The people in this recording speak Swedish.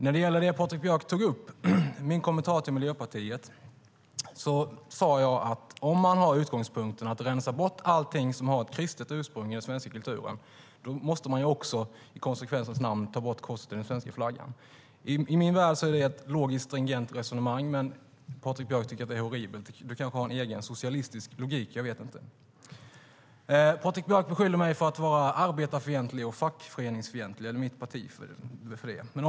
När det gäller det Patrik Björck tog upp, min kommentar till Miljöpartiet: Jag sade att om man har utgångspunkten att rensa bort allt som har ett kristet ursprung i den svenska kulturen, då måste man också i konsekvensens namn ta bort korset i den svenska flaggan. I min värld är det ett logiskt och stringent resonemang, men Patrik Björck tycker att det är horribelt. Du kanske har en egen, socialistisk logik - jag vet inte. Patrik Björck beskyller mig eller mitt parti för att vara arbetarfientlig och fackföreningsrörelsefientlig.